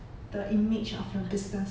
the image of your business